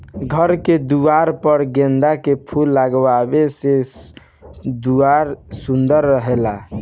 घर के दुआर पर गेंदा के फूल लगावे से दुआर सुंदर लागेला